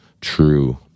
true